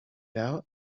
out